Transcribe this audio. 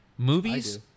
Movies